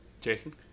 Jason